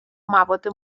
مواد